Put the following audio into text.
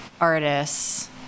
artists